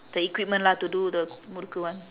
the equipment lah to do the murukku [one]